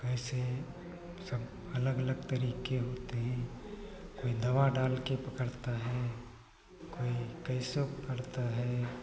कैसे सब अलग अलग तरीके होते हैं कोई दवा डाल के पकड़ता है कोई कैसो पकड़ता है